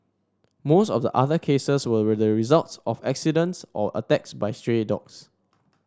most of the other cases were with the results of accidents or attacks by stray dogs